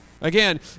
Again